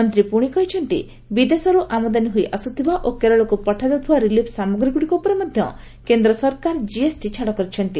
ମନ୍ତ୍ରୀ ପୁଣି କହିଛନ୍ତି ବିଦେଶରୁ ଆମଦାନୀ ହୋଇ ଆସୁଥିବା ଓ କେରଳକୁ ପଠାଯାଉଥିବା ରିଲିଫ୍ ସାମଗ୍ରୀଗୁଡ଼ିକ ଉପରେ ମଧ୍ୟ କେନ୍ଦ୍ର ସରକାର କିଏସ୍ଟି ଛାଡ଼ କରିଛନ୍ତି